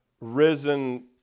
risen